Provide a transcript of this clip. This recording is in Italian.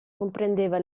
comprendeva